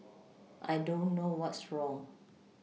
I don't know what's wrong